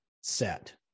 set